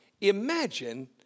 imagine